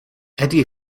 edie